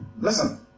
Listen